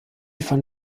von